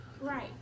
Right